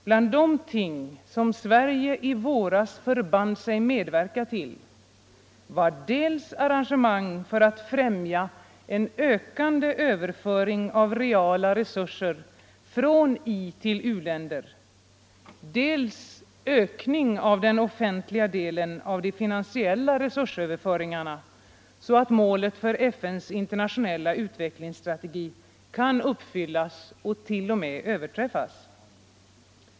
Bland de ting som Sverige i våras förband sig medverka till var dels arrangemang för att främja en ökande överföring av reala resurser från itill u-länder, dels ökning av den offentliga delen av de finansiella resursöverföringarna, så att målet för FN:s internationella utvecklingsstrategi kan uppfyllas och till och med överträffas.